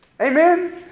Amen